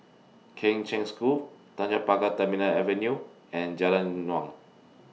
Kheng Cheng School Tanjong Pagar Terminal Avenue and Jalan Naung